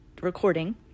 recording